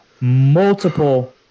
multiple